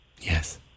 Yes